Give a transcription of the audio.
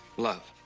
love.